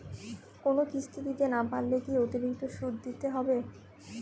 কোনো কিস্তি দিতে না পারলে কি অতিরিক্ত সুদ দিতে হবে?